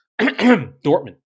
Dortmund